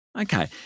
Okay